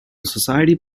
society